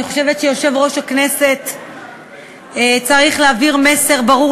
אני חושבת שיושב-ראש הכנסת צריך להעביר מסר ברור